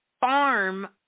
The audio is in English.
Farm